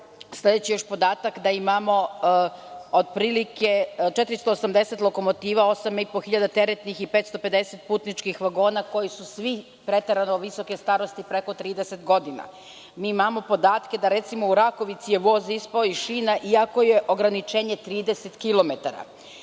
sledeći podatak, da imamo otprilike 480 lokomotiva, 8,5 hiljada teretnih i 550 putničkih vagona koji su svi preterano visoke starosti preko 30 godina. Imamo podatke da, recimo, u Rakovici je voz ispao iz šina, iako je ograničenje 30 km.